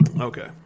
Okay